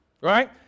right